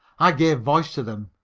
i gave voice to them.